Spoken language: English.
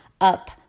up